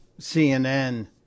CNN